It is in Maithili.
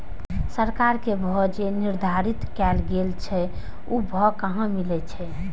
सरकार के भाव जे निर्धारित कायल गेल छै ओ भाव कहाँ मिले छै?